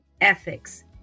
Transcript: ethics